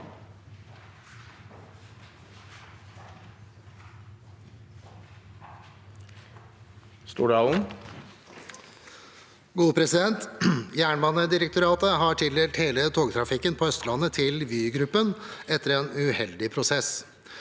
«Jernbanedi- rektoratet har tildelt hele togtrafikken på Østlandet til Vy-gruppen etter en uheldig prosess.